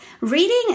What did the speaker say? reading